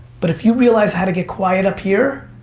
but if you realize how to get quiet up here,